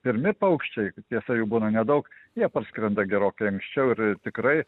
pirmi paukščiai tiesa jų būna nedaug jie parskrenda gerokai anksčiau ir tikrai